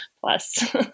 plus